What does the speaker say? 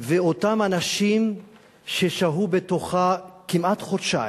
ואותם אנשים ששהו בתוכה כמעט חודשיים,